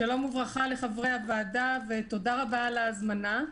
שלום וברכה לחברי הוועדה ותודה רבה על ההזמנה.